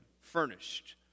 furnished